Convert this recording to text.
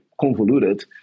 convoluted